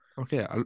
okay